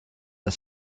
the